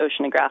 oceanographic